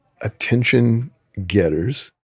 attention-getters